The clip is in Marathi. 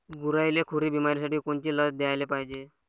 गुरांइले खुरी बिमारीसाठी कोनची लस द्याले पायजे?